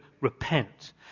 repent